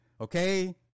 okay